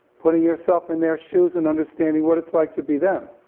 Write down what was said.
putting yourself in their shoes and understanding what it's like to be them.